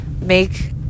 make